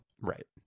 Right